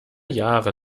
jahre